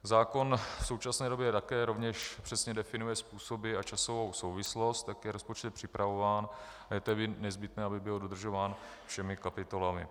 Zákon v současné době také rovněž přesně definuje způsoby a časovou souvislost, jak je rozpočet připravován, a je tedy nezbytné, aby byl dodržován všemi kapitolami.